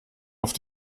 auf